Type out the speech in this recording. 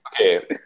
Okay